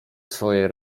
swojej